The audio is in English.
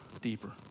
deeper